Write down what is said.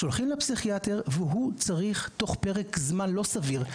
שולחים לפסיכיאטר והוא צריך תוך פרק זמן לא סביר,